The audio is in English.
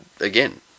again